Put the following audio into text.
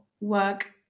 work